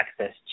access